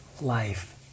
life